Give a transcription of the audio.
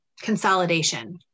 consolidation